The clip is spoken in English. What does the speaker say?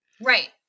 Right